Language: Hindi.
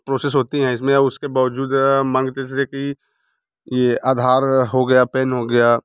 प्रोसेस होती हैं इसमें अब उसके बावजूद आप मान के चल सकते कि ये आधार हो गया पेन हो गया